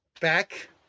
back